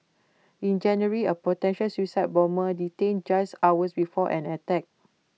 in January A potential suicide bomber detained just hours before an attack